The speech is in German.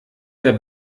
der